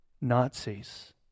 Nazis